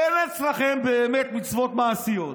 אין אצלכם באמת מצוות מעשיות.